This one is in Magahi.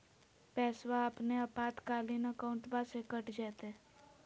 पैस्वा अपने आपातकालीन अकाउंटबा से कट जयते?